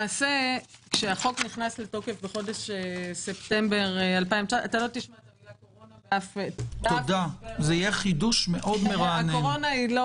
כשהחוק נכנס לתוקף בספטמבר 2019 והקורונה היא לא